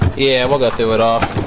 yeah, we'll go through it off